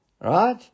Right